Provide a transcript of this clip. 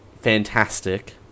fantastic